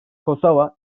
kosova